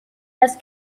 las